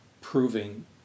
proving